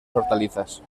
hortalizas